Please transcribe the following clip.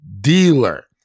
dealer